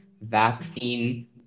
vaccine